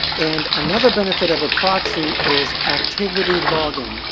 and another benefit of a proxy is activity logging.